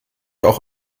auch